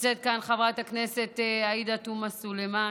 נמצאת כאן חברת הכנסת עאידה תומא סלימאן,